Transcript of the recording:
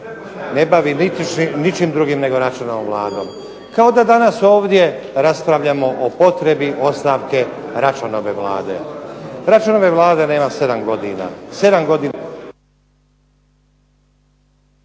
ne bavi ničim drugim nego Račanovom vladom, kao da danas ovdje raspravljamo o potrebi ostavke Račanove vlade. Račanove vlade nema sedam godina,